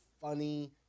funny